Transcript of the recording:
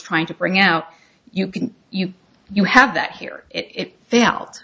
trying to bring out you can you you have that here it